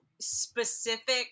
specific